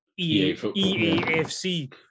EAFC